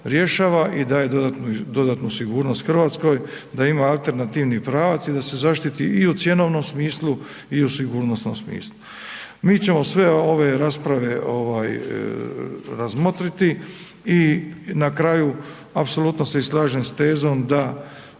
i daje dodatnu sigurnost Hrvatskoj da ima alternativni pravac i da se zaštititi u cjenovnom smislu i u sigurnosnom smislu. Mi ćemo sve ove rasprave razmotriti i na kraju, apsolutno se i slažem s tezom da